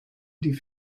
die